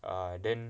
err then